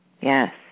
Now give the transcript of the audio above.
Yes